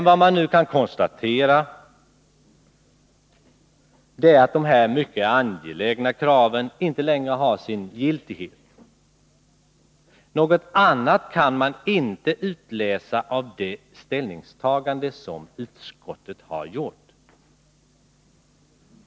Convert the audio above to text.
Nu är det bara att konstatera att de här mycket angelägna kraven inte längre har sin giltighet. Något annat kan man inte utläsa av det ställningstagande som utskottet gjort.